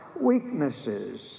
weaknesses